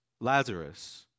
Lazarus